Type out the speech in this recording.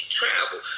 travel